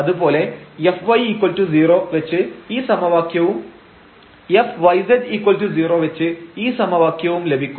അതുപോലെ Fy0 വച്ച് ഈ സമവാക്യവുംFyz0 വെച്ച് ഈ സമവാക്യവുംലഭിക്കും